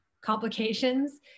complications